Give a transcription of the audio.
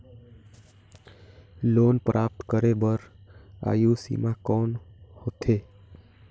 Loan प्राप्त करे बर आयु सीमा कौन होथे?